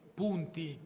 punti